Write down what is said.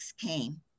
came